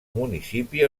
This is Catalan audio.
municipi